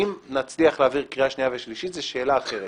אם נצליח להעביר קריאה שניה ושלישית זו שאלה אחרת: